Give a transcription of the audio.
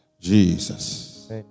Jesus